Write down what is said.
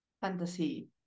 Fantasy